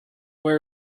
where